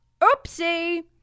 oopsie